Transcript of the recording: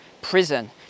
prison